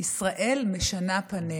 ישראל משנה פניה.